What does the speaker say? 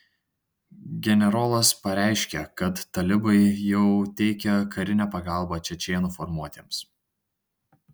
generolas pareiškė kad talibai jau teikia karinę pagalbą čečėnų formuotėms